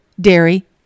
dairy